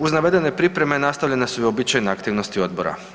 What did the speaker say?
Uz navedene pripreme nastavljene su i uobičajene aktivnosti odbora.